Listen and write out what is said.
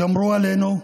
שמרו עלינו,